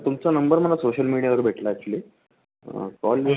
तुमचा नंबर मला सोशल मीडियावर भेटला ॲक्चुली कॉल